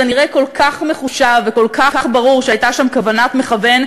זה נראה כל כך מחושב וכל כך ברור שהייתה שם כוונת מכוון,